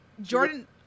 Jordan